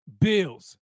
Bills